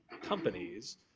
companies